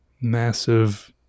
Massive